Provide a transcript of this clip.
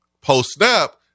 post-snap